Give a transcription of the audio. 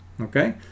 okay